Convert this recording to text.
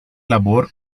labor